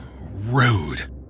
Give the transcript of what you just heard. rude